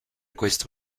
questo